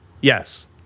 Yes